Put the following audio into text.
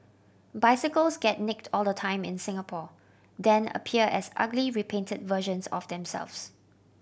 bicycles get nicked all the time in Singapore then appear as ugly repainted versions of themselves